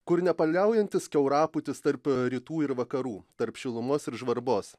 kur nepaliaujantis kiaurapūtis tarp rytų ir vakarų tarp šilumos ir žvarbos